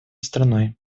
страной